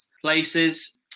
places